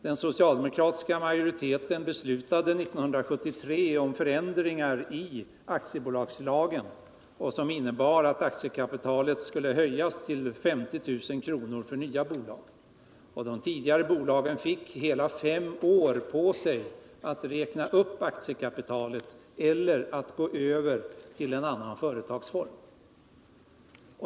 Den socialdemokratiska majoriteten beslutade år 1973 förändringar i aktiebolagslagen som innebar att aktiekapitalet skulle höjas till 50 000 kr. för nya bolag. De tidigare bolagen fick hela fem år på sig att räkna upp aktiekapitalet eller gå över till en annan företagsform.